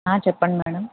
చెప్పండి మేడం